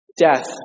death